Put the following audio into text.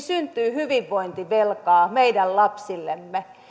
syntyy hyvinvointivelkaa meidän lapsillemme